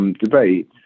Debate